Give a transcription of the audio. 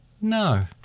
No